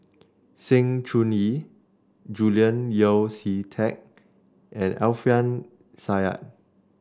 Sng Choon Yee Julian Yeo See Teck and Alfian Sa'at